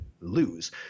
lose